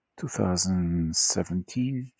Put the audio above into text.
2017